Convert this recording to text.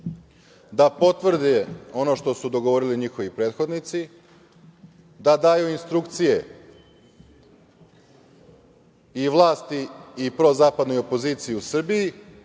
da potvrde ono što su dogovorili njihovi prethodnici, da daju instrukcije i vlasti i prozapadnoj opoziciji u Srbiji